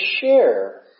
share